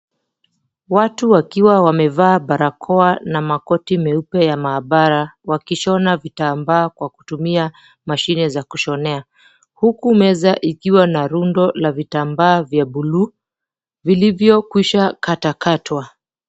Watu wakiwa wamevaa barakoa na makoti meupe ya maabara, wakishona vitambaa kwa kutumia mashine za kushonea. Huku meza ikiwa na rundo la vitambaa vya blue vilivyo kwisha katakatwa.